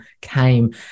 came